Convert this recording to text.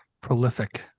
prolific